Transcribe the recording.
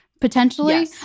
potentially